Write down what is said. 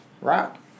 Rock